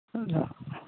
ᱟᱫᱚ